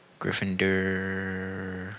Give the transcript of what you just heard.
Gryffindor